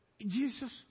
Jesus